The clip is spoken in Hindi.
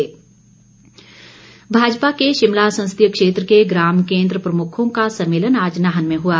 सम्मेलन भाजपा के शिमला संसदीय क्षेत्र के ग्राम केन्द्र प्रमुखों का सम्मेलन आज नाहन में हुआ